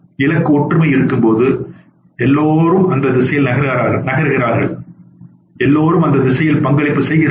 இலக்கு ஒற்றுமை இருக்கும்போது எல்லோரும் அந்த திசையில் நகர்கிறார்கள் எல்லோரும் அந்த திசையில் பங்களிப்பு செய்கிறார்கள்